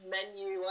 Menu